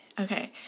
okay